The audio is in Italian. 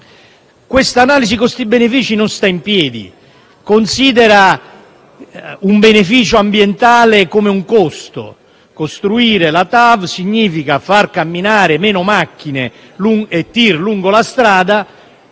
Questa analisi costi-benefici non sta in piedi; considera un beneficio ambientale come un costo: costruire la TAV significa far camminare meno macchine e tir lungo la strada